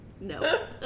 No